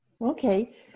Okay